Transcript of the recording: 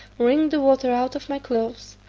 wring the water out of my clothes,